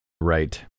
Right